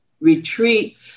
retreat